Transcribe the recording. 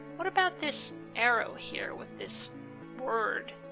what about this arrow here with this word?